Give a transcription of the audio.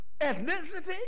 ethnicity